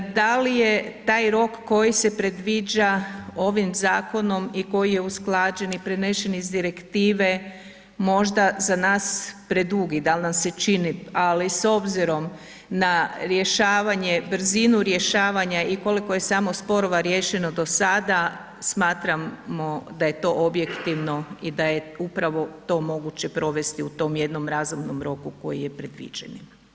Da li je taj rok koji se predviđa ovim zakonom i koji je usklađen i prenesen iz direktive možda za nas predugi, dal nam se čini, ali s obzirom na rješavanje, brzinu rješavanja i koliko je samo sporova riješeno do sada, smatramo da je to objektivno i da je upravo to moguće provesti u tom jednom razumnom roku koji je predviđeni.